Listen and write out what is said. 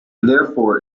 therefore